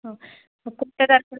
हं मग कुठं जायचं